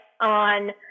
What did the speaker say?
on